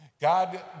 God